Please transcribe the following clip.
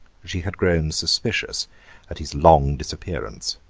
she had grown suspicious at his long disappearance,